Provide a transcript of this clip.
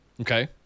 Okay